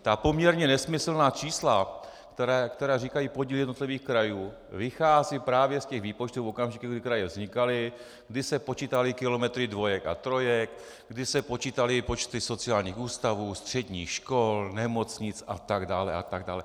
Ta poměrně nesmyslná čísla, která říkají podíl jednotlivých krajů, vycházejí právě z těch výpočtů v okamžiku, kdy kraje vznikaly, kdy se počítaly kilometry dvojek a trojek, kdy se počítaly počty sociálních ústavů, středních škol, nemocnic atd. atd.